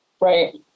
right